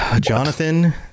Jonathan